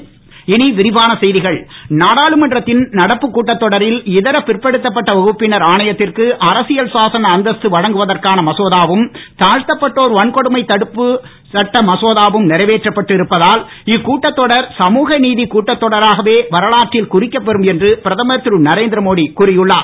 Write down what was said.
மோடி நாடாளுமன்றத்தின் நடப்புக் கூட்டத் தொடரில் இதர பிற்படுத்தப்பட்ட வகுப்பினர் வழங்குவதற்கான மசோதாவும் தாழ்த்தப்பட்டோர் வன்கொடுமை தடுப்பு சட்ட திருத்த மசோதாவும் நிறைவேற்றப்பட்டு இருப்பதால் இக்கூட்டத்தொடர் சமூகநீதி கூட்டத்தொடராகவே வரலாற்றில் குறிக்கப் பெறும் என்று பிரதமர் திரு நரேந்திரமோடி கூறி உள்ளார்